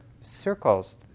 circles